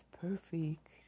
perfect